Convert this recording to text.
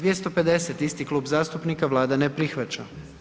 250. isti klub zastupnika, Vlada ne prihvaća.